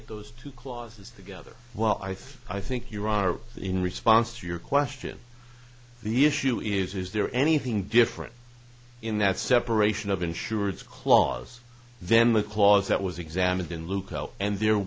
at those two clauses together well i think i think you are in response to your question the issue is is there anything different in that separation of insureds clause then the clause that was examined in luko and there